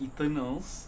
Eternals